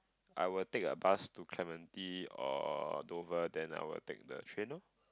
I will take a bus to Clementi or Dover then I will take the train loh